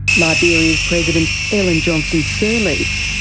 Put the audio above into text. liberia's president ellen johnson sirleaf.